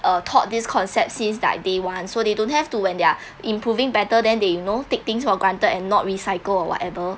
uh taught this concept since like day one so they don't have to when they're improving better then they know take things for granted and not recycle or whatever